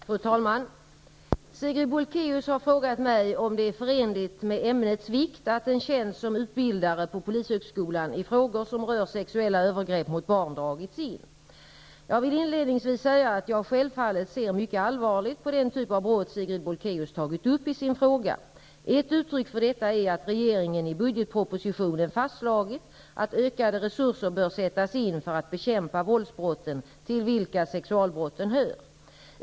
Fru talman! Sigrid Bolkéus har frågat mig om det är förenligt med ämnets vikt att en tjänst som utbildare på polishögskolan i frågor som rör sexuella övergrepp mot barn dragits in. Jag vill inledningsvis säga att jag självfallet ser mycket allvarligt på den typ av brott Sigrid Bolkéus tagit upp i sin fråga. Ett uttryck för detta är att regeringen i budgetpropositionen fastslagit att ökade resurser bör sättas in för att bekämpa våldsbrotten, till vilka sexualbrotten hör.